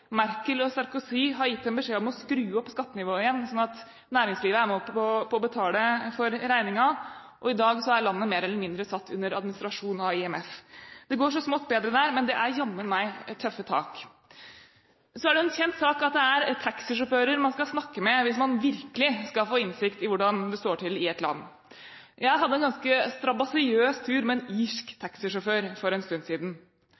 Merkel og Sarkozy har gitt dem beskjed om å skru opp skattenivået igjen sånn at næringslivet er med på å betale regningen, og i dag er landet mer eller mindre satt under administrasjon av IMF. Det går så smått bedre der, men det er jammen meg tøffe tak. Det er en kjent sak at det er taxisjåfører man skal snakke med hvis man virkelig skal få innsikt i hvordan det står til i et land. Jeg hadde en ganske strabasiøs tur med en irsk